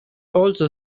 also